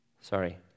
sorry